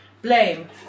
blame